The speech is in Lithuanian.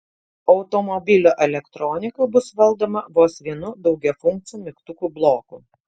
automobilio elektronika bus valdoma vos vienu daugiafunkciu mygtukų bloku